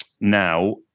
now